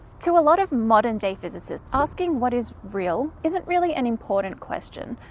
to a lot of modern day physicists asking what is real, isn't really an important question.